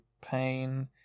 Pain